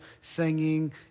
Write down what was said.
singing